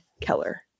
Keller